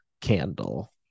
candle